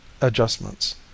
adjustments